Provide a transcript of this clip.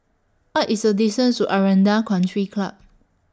What IS The distance to Aranda Country Club